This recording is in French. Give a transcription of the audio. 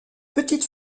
petite